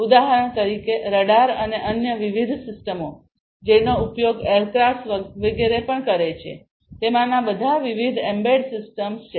ઉદાહરણ તરીકે રડાર અને અન્ય વિવિધ સિસ્ટમો જેનો ઉપયોગ એરક્રાફ્ટ્સ વિગરે પણ કરે છે તેમાંના બધામાં વિવિધ એમ્બેડ સિસ્ટમ્સ છે